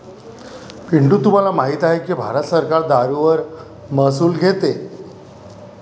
पिंटू तुम्हाला माहित आहे की भारत सरकार दारूवर महसूल घेते